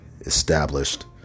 established